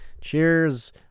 Cheers